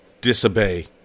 disobey